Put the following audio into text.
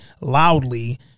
Loudly